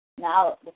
Now